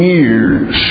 years